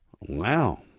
Wow